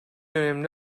önemli